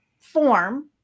form